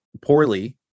poorly